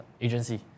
agency